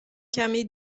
کمی